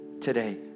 today